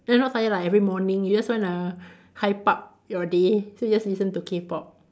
eh not tired lah every morning you just wanna hype up your day so you just listen to K-pop